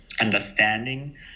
understanding